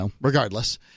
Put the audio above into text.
regardless